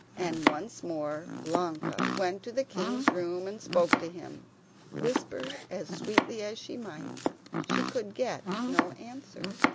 and once more ilonka went to the king's room and spoke to him whisper as sweetly as she might she could get no answer.